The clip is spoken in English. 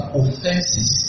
offenses